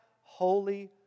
holy